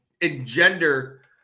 engender